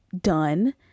done